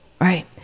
Right